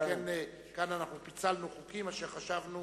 שכן כאן אנחנו פיצלנו חוקים אשר חשבנו